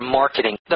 marketing